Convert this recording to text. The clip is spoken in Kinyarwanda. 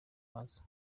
wazo